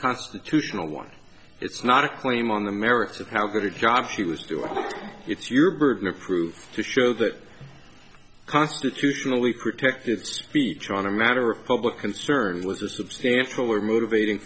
constitutional one it's not a claim on the merits of how good a job he was doing it's your burden of proof to show that constitutionally protected speech on a matter of public concern with the substantial or motivating